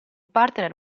partner